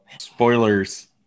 Spoilers